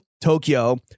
Tokyo